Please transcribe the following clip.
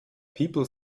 people